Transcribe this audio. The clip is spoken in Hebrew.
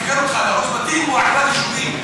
התכוונתי להריסת בתים ועקירת יישובים.